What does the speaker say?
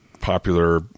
popular